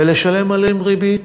ולשלם עליהן ריבית.